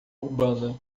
urbana